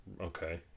Okay